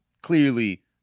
clearly